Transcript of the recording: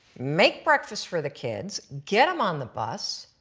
make breakfast for the kids, get them on the bus,